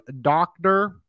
doctor